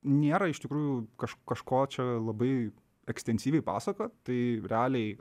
nėra iš tikrųjų kaž kažko čia labai ekstensyviai pasakojo tai realiai